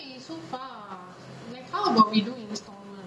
eh its so far like how about we do installment